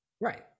Right